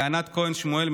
לענת כהן שמואל,